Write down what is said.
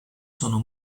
sono